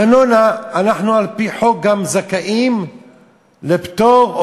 ארנונה אנחנו על-פי חוק זכאים לפטור,